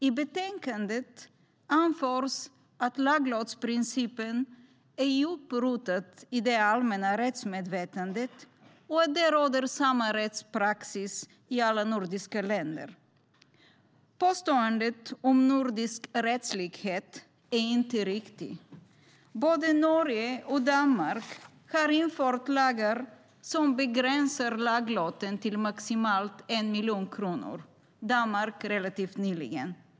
I betänkandet anförs att laglottsprincipen är djupt rotad i det allmänna rättsmedvetandet och att det råder samma rättspraxis i alla nordiska länder. Påståendet om nordisk rättslikhet är inte riktigt. Både Norge och Danmark har infört lagar som begränsar laglotten till maximalt 1 miljon kronor. Danmark har gjort det relativt nyligen.